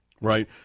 Right